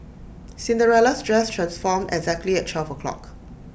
Cinderella's dress transformed exactly at twelve o'clock